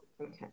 Okay